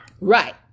Right